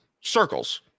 circles